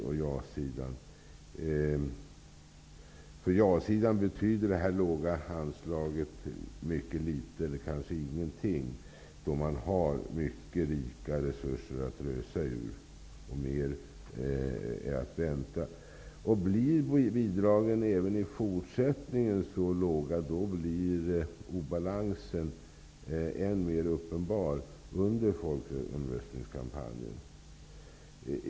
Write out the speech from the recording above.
För ja-sidan betyder detta låga anslag mycket litet, eller kanske ingenting, eftersom man har mycket stora resurser att ösa ur och mer är att vänta. Om bidragen även i fortsättningen blir så låga, blir obalansen än mer uppenbar under folkomröstningskampanjen.